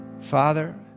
Father